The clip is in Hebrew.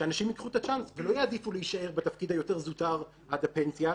שאנשים ייקחו את הצ'אנס ולא יעדיפו להישאר בתפקיד היותר זוטר עד הפנסיה,